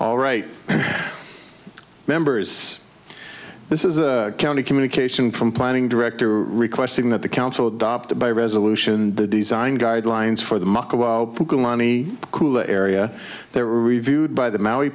all right members this is a county communication from planning director requesting that the council adopted by resolution the design guidelines for the money cool the area they were reviewed by the ma